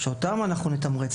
שאותן אנחנו נתמרץ.